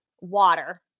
water